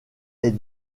est